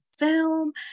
film